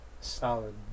solid